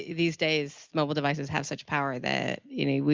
these days, mobile devices have such power that, you know,